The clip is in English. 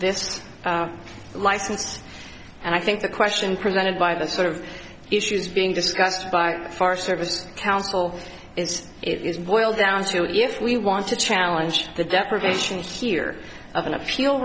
this license and i think the question presented by the sort of issues being discussed by far service counsel is it is boiled down to if we want to challenge the deprivation here of an appeal